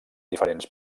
diferents